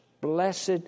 blessed